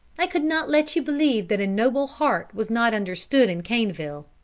i could not let you believe that a noble heart was not understood in caneville.